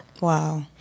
Wow